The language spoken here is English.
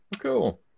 cool